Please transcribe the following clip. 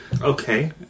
Okay